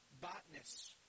botanists